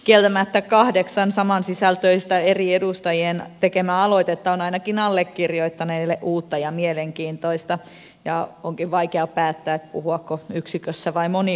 kieltämättä kahdeksan samansisältöistä eri edustajien tekemää aloitetta on ainakin allekirjoittaneelle uutta ja mielenkiintoista ja onkin vaikea päättää puhuako yksikössä vai monikossa